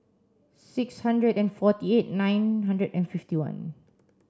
six hundred and forty eight nine hundred and fifty one